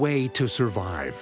way to survive